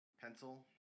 pencil